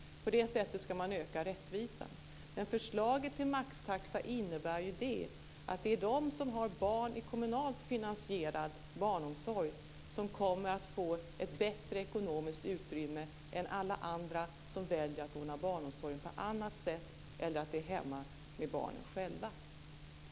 På det sättet ska man öka rättvisan. Men förslaget om maxtaxa innebär ju att det är de som har barn i kommunalt finansierad barnomsorg som kommer att få ett bättre ekonomiskt utrymme än alla andra som väljer att ordna barnomsorgen på annat sätt eller själva vara hemma med barnen.